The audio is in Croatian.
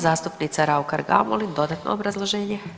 Zastupnica Raukar Gamulin, dodatno obrazloženje.